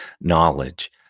knowledge